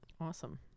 Awesome